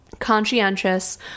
conscientious